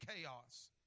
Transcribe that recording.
chaos